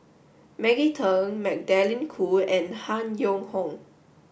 Maggie Teng Magdalene Khoo and Han Yong Hong